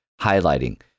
highlighting